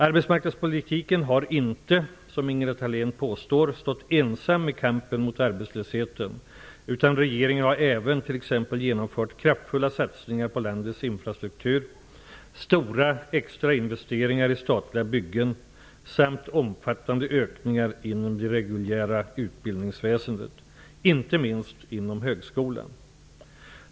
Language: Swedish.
Arbetsmarknadspolitiken har inte, som Ingela Thalén påstår, stått ensam i kampen mot arbetslösheten utan regeringen har även t.ex. genomfört kraftfulla satsningar på landets infrastruktur, stora extrainvesteringar i statliga byggen samt omfattande ökningar inom det reguljära utbildningsväsendet, inte minst inom högskolan.